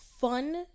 fun